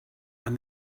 and